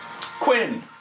Quinn